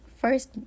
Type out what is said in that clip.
first